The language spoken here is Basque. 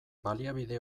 baliabide